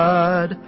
God